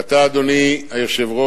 ואתה, אדוני היושב-ראש,